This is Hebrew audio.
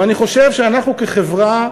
ואני חושב שאנחנו, כחברה,